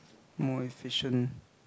more efficient